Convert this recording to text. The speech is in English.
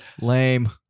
lame